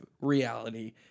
reality